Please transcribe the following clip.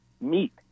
meet